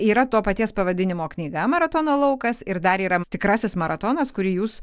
yra to paties pavadinimo knyga maratono laukas ir dar yra tikrasis maratonas kurį jūs